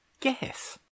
guess